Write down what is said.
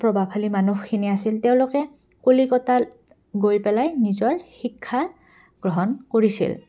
প্ৰভাৱশালী মানুহখিনি আছিল তেওঁলোকে কলিকতাত গৈ পেলাই নিজৰ শিক্ষা গ্ৰহণ কৰিছিল